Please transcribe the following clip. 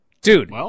Dude